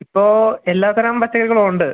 ഇപ്പോൾ എല്ലാ തരം പച്ചക്കറികളും ഉണ്ട്